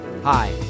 Hi